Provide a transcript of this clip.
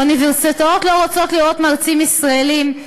אוניברסיטאות לא רוצות לראות מרצים ישראלים,